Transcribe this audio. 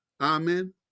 amen